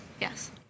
Yes